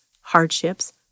hardships